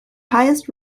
highest